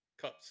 cups